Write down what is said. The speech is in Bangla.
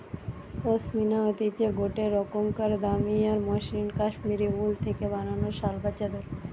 পশমিনা হতিছে গটে রোকমকার দামি আর মসৃন কাশ্মীরি উল থেকে বানানো শাল বা চাদর